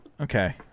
okay